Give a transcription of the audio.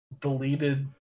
deleted